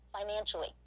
financially